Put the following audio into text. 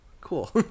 Cool